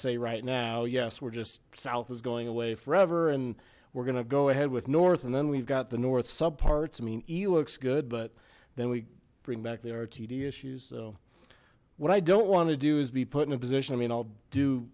say right now yes we're just south is going away forever and we're gonna go ahead with north and then we've got the north subparts i mean he looks good but then we bring back the rtd issues so what i don't want to do is be put in a position i mean i'll do